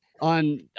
On